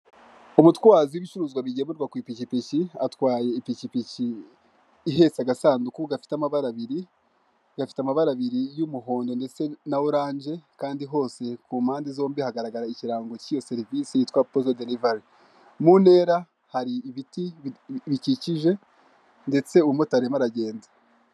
Umutwazi w'ibicuruzwa bigemurwa ku ipikipiki atwaye ipikipiki ihetse agasanduku gafite amabara abiri gafite amabara abiri umuhondo ndetse na oranje kandi hose mu mpande zombi gafite hagaragara ikirango k'iyo serivisi yitwa pozo derivali atwaye ipikipiki mu ntera hari ibiti bikikije ndetse umumotari arimo aragenda.